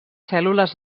cèl·lules